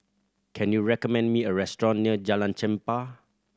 can you recommend me a restaurant near Jalan Chempah